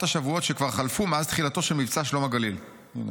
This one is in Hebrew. השבועות שכבר חלפו מאז תחילתו של מבצע 'שלום הגליל'." הינה,